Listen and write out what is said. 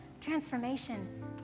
Transformation